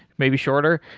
maybe shorter.